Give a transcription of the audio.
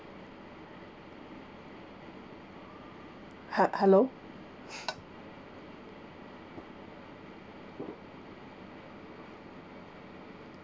he~ hello